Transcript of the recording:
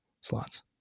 slots